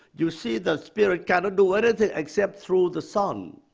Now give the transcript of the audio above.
you see that spirit cannot do anything except through the son.